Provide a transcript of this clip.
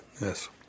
yes